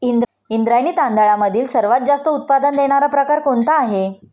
इंद्रायणी तांदळामधील सर्वात जास्त उत्पादन देणारा प्रकार कोणता आहे?